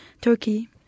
Turkey